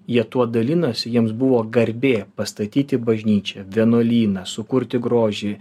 jie tuo dalinosi jiems buvo garbė pastatyti bažnyčią vienuolyną sukurti grožį